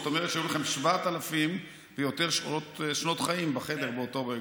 זאת אומרת שהיו לכם 7,000 ויותר שנות חיים בחדר באותו רגע.